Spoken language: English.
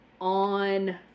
on